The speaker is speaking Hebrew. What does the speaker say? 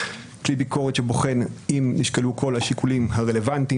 כלי ביקורת שבוחן אם נשקלו כל השיקולים הרלוונטיים